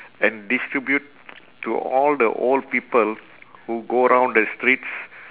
and distribute to all the old people who go around the streets